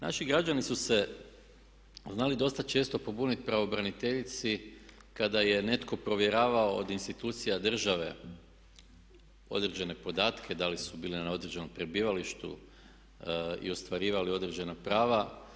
Naši građani su se znali dosta često pobuniti pravobraniteljici kada je netko provjeravao od institucija države određene podatke da li su bile na određenom prebivalištu i ostvarivale određena prava.